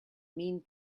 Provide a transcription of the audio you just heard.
mean